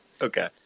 Okay